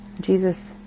Jesus